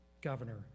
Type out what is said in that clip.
governor